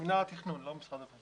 מינהל התכנון, לא משרד הפנים.